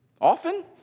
often